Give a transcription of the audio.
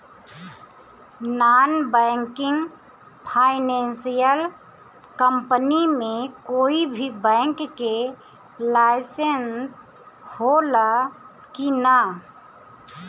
Non banking financial company मे कोई भी बैंक के लाइसेन्स हो ला कि ना?